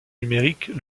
numérique